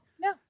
No